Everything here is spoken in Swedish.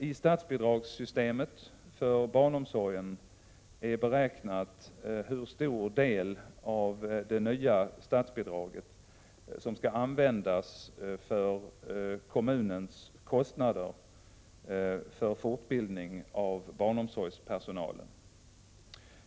I statsbidragssystemet för barnomsorgen är beräknat hur stor del av det nya statsbidraget som skall användas för kommunens kostnader för fortbildning av barnomsorgspersonalen.